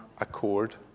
accord